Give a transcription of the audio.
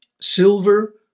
silver